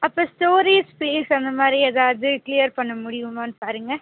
அப்போ storage space அந்த மாதிரி ஏதாவது க்ளியர் பண்ண முடியுமானு பாருங்கள்